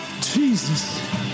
Jesus